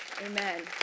Amen